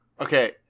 Okay